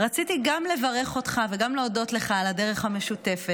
רציתי גם לברך אותך וגם להודות לך על הדרך המשותפת,